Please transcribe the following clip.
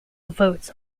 votes